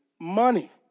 money